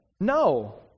No